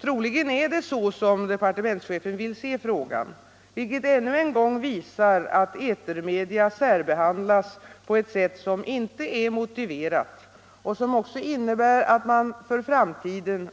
Troligen är det så departementschefen vill se frågan, vilket ännu en gång visar att etermedia särbehandlas på ett sätt som inte är motiverat och som därtill innebär att man